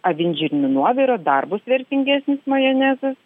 avinžirnių nuoviro dar bus vertingesnis majonezas